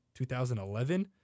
2011